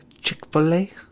Chick-fil-A